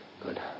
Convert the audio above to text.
Good